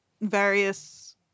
various